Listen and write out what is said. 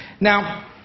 Now